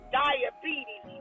diabetes